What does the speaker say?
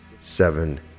seven